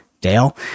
Dale